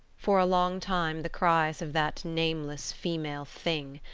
for a long time the cries of that nameless female thing,